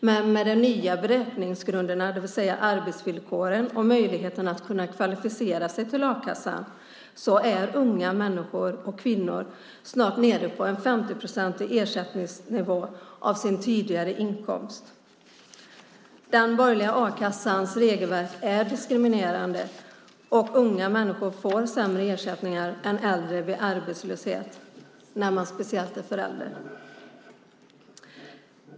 Men med de nya beräkningsgrunderna, det vill säga arbetsvillkoren och möjligheten att kunna kvalificera sig till a-kassan, är unga människor och kvinnor snart nere på en ersättningsnivå på 50 procent av sin tidigare inkomst. Den borgerliga a-kassans regelverk är diskriminerande, och unga människor får sämre ersättningar än äldre vid arbetslöshet, speciellt om de är föräldrar.